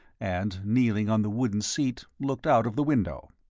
and kneeling on the wooden seat, looked out of the window.